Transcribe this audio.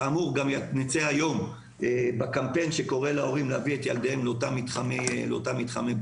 נצא היום בקמפיין שקורא להורים להביא את ילדיהם לאותם מתחמי בדיקות,